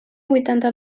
vuitanta